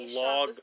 log